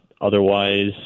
Otherwise